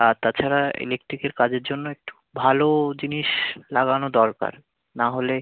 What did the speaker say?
আর তাছাড়া ইলেকট্রিকের কাজের জন্য একটু ভালো জিনিস লাগানো দরকার নাহলে